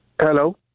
Hello